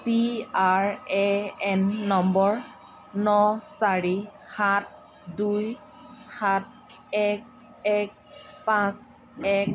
P R A N number ন চাৰি সাত দুই সাত এক এক পাঁচ এক